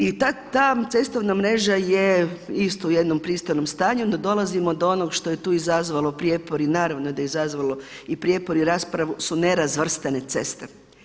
I ta cestovna mreža je isto u jednom pristojnom stanju, no dolazimo do onog što je tu izazvalo prijepor i naravno da je izazvalo i prijepor i raspravu su nerazvrstane ceste.